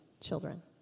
children